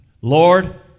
Lord